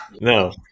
No